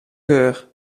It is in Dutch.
geur